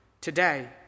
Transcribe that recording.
today